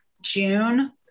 June